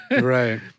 Right